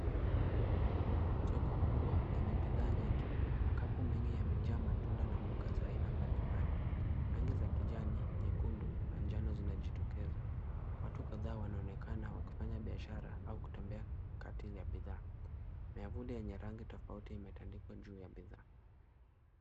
Soko kubwa lenye bidhaa nyingi, makapu mengi yamejaa matunda na mboga za aina mbalimbali, rangi za kijani, nyekundu na njano zinajitokeza. Watu kadhaa wanaonekana wakifanya biashara au kutembea kati ya bidhaa. Miavuli yenye rangi tofauti imetandikwa juu ya bidhaa.